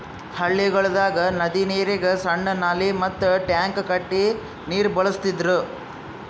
ಹಳ್ಳಿಗೊಳ್ದಾಗ್ ನದಿ ನೀರಿಗ್ ಸಣ್ಣು ನಾಲಿ ಮಾಡಿ ಟ್ಯಾಂಕ್ ಕಟ್ಟಿ ನೀರ್ ಬಳಸ್ತಿದ್ರು